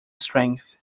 strength